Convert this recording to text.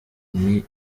hari